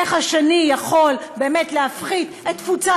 איך השני יכול באמת להפחית את תפוצת